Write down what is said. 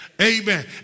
amen